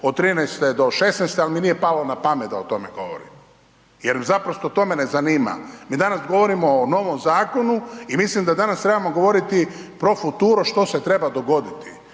od '13. do '16., ali mi nije palo napamet da o tome govorim. Jer naprosto to me ne zanima. Mi danas govorimo o novom zakonu i mislim da danas trebamo govoriti pro futuro što se treba dogoditi.